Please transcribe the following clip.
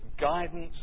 guidance